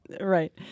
Right